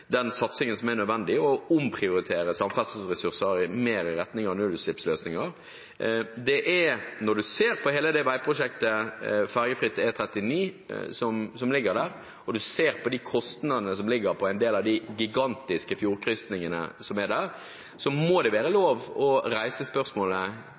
den satsingen som er nødvendig, og omprioritere samferdselsressurser mer i retning av nullutslippsløsninger. Når man ser på hele veiprosjektet ferjefritt E39, som ligger der, og på kostnadene for en del av de gigantiske fjordkrysningene som er der, må det være